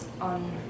on